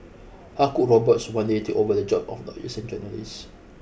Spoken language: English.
how could robots one day take over the job of lawyers and journalists